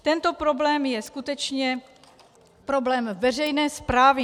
Tento problém je skutečně problém veřejné správy.